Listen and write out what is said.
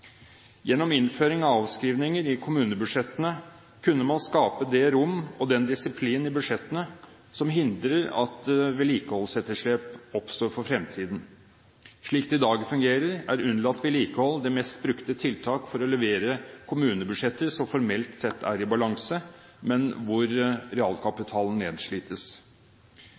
Gjennom innføring av avskrivninger i kommunebudsjettene kunne man skape det rom og den disiplin i budsjettene som hindrer at vedlikeholdsetterslep oppstår for fremtiden. Slik det i dag fungerer, er unnlatt vedlikehold det mest brukte tiltak for å levere kommunebudsjetter som formelt sett er i balanse, men hvor realkapitalen nedslites.